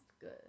good